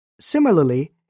Similarly